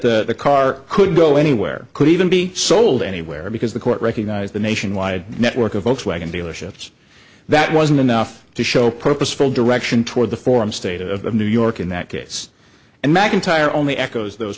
that the car could go anywhere could even be sold anywhere because the court recognized the nationwide network of folks wagon dealerships that wasn't enough to show purposeful direction toward the form state of new york in that case and mcintyre only echoes those